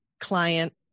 client